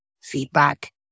feedback